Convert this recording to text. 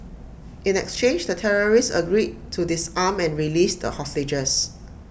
in exchange the terrorists agreed to disarm and released the hostages